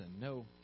no